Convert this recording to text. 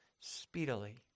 speedily